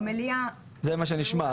במליאה --- זה מה שנשמע.